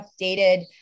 updated